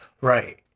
Right